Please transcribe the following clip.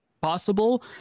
possible